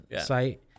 site